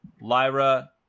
Lyra